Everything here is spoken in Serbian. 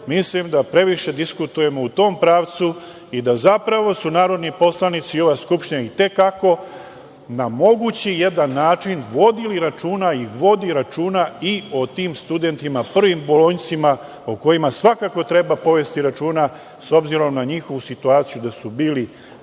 mislim da previše diskutujemo u tom pravcu i da su zapravo narodni poslanici i ova Skupština i te kako na mogući jedan način vodili računa i vodi računa i o tim studentima prvim bolonjcima o kojima svakako treba povesti računa, s obzirom na njihovu situaciju da su bili